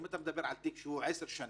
אם אתה מדבר על תיק שהוא עשר שנים,